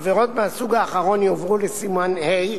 העבירות מהסוג האחרון יועבור לסימן ה',